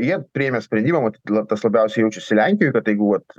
jie priėmė sprendimą matyt tas labiausiai jaučiasi lenkijoj bet jeigu vat